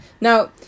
Now